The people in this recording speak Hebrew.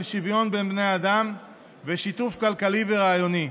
שוויון בין בני אדם ושיתוף כלכלי ורעיוני.